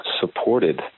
supported